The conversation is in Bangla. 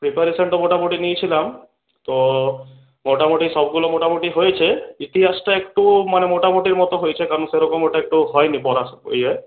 প্রিপারেশন তো মোটামুটি নিয়েছিলাম তো মোটামুটি সবগুলো মোটামুটি হয়েছে ইতিহাসটা একটু মানে মোটামুটির মতো হয়েছে কারণ সে রকম ওটা একটু হয়নি পড়াশোনা ওই ইয়ে